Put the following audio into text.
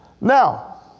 Now